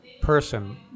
person